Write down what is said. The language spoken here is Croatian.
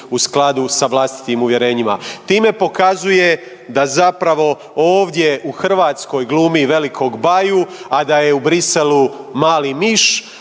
u skladu sa vlastitim uvjerenjima. Time pokazuje da zapravo ovdje u Hrvatskoj glumi velikog baju, a da je u Bruxellesu mali miš,